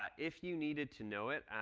um if you needed to know it,